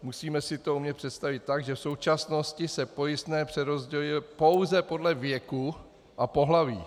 Musíme si to umět představit tak, že v současnosti se pojistné přerozděluje pouze podle věku a pohlaví.